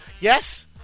yes